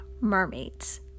mermaids